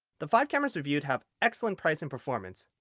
the five cameras reviewed have excellent price and performance.